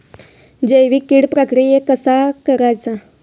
जैविक कीड प्रक्रियेक कसा करायचा?